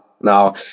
Now